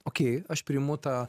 okej aš priimu tą